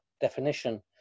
definition